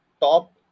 top